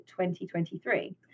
2023